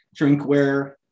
drinkware